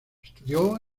estudió